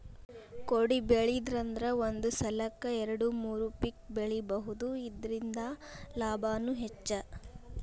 ಕೊಡಿಬೆಳಿದ್ರಂದ ಒಂದ ಸಲಕ್ಕ ಎರ್ಡು ಮೂರು ಪಿಕ್ ಬೆಳಿಬಹುದು ಇರ್ದಿಂದ ಲಾಭಾನು ಹೆಚ್ಚ